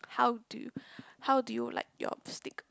how do how do you like your steak cooked